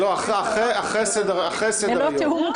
לא, אחרי סדר היום.